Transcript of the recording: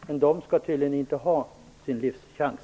Men de människorna skall tydligen inte ha sin livschans.